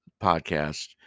podcast